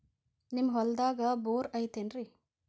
ನಿಮ್ಮ ಹೊಲ್ದಾಗ ಬೋರ್ ಐತೇನ್ರಿ?